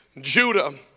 Judah